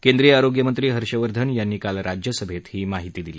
केंद्रीय आरोग्य मंत्री हर्षवर्धन यांनी काल राज्यसभेत ही माहिती दिली